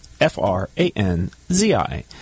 f-r-a-n-z-i